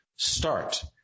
start